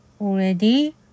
Already